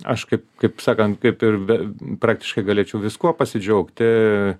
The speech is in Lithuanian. aš kaip kaip sakant kaip ir ve praktiškai galėčiau viskuo pasidžiaugti